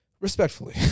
Respectfully